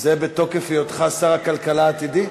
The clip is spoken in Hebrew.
זה בתוקף היותך שר הכלכלה והתעשייה העתידי?